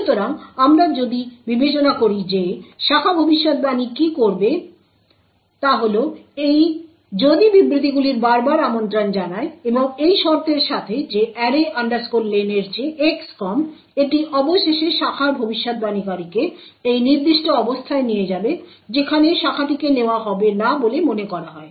সুতরাং যদি আমরা বিবেচনা করি যে শাখা ভবিষ্যদ্বাণীকারী কী করবে তা হল এই যদি বিবৃতিগুলির বারবার আমন্ত্রণ জানায় এবং এই শর্তের সাথে যে array len এর চেয়ে X কম এটি অবশেষে শাখার ভবিষ্যদ্বাণীকারীকে এই নির্দিষ্ট অবস্থায় নিয়ে যাবে যেখানে শাখাটিকে নেওয়া হবে না বলে মনে করা হয়